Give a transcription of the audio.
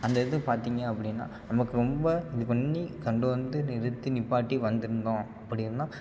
அந்த இதை பார்த்தீங்க அப்படின்னா நமக்கு ரொம்ப இது பண்ணி கண்டு வந்து நிறுத்தி நிப்பாட்டி வந்திருந்தோம் அப்படின்னா